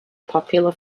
popular